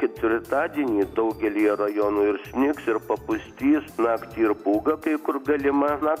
ketvirtadienį daugelyje rajonų ir snigs ir papustys naktį ir pūga kai kur galima na